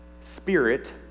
spirit